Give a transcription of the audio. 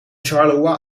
charleroi